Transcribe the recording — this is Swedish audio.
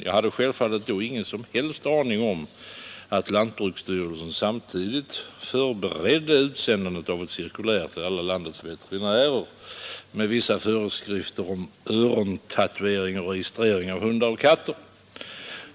Jag hade självfallet då ingen som helst aning om att lantbruksstyrelsen samtidigt förberedde utsändandet av ett cirkulär till alla landets veterinärer med vissa föreskrifter om örontatuering och registrering av hundar och katter.